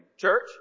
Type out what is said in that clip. Church